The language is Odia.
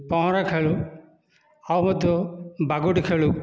ପହଁରା ଖେଳୁ ଆଉ ମଧ୍ୟ ବାଗୁଡ଼ି ଖେଳୁ